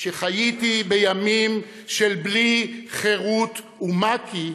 שחייתי בימים של "בלי חרות ומק"י",